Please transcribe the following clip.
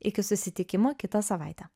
iki susitikimo kitą savaitę